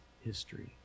history